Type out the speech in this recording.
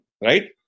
Right